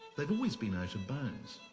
they've always been out of bounds,